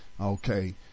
okay